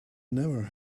never